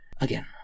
again